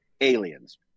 Aliens